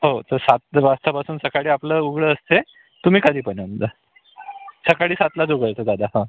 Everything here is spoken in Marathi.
हो तर सात वाजेपासून सकाळी आपलं उघडं असते तुम्ही कधीपण येऊन जा सकाळी सातलाच उघडतं दादा हो